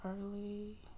early